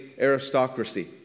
aristocracy